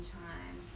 time